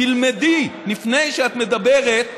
תלמדי לפני שאת מדברת גבוהה-גבוהה,